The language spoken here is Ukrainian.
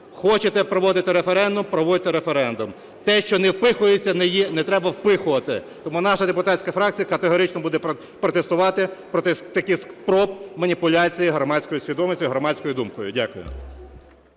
Хочете проводити референдум? Проводьте референдум. Те що не впихується, не треба впихувати. Тому наша депутатська фракція категорично буде протестувати проти таких спроб маніпуляцій громадською свідомістю, громадською думкою. Дякую.